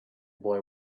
boy